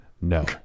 no